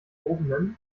gehobenen